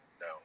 no